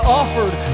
offered